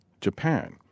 Japan